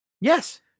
Yes